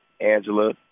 Angela